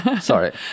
Sorry